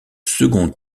second